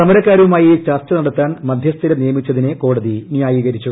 സമരക്കാരുമായി ചർച്ച നടത്താൻ മദ്ധ്യസ്ഥരെ നിയമിച്ചതിനെ കോടതി ന്യായീകരിച്ചു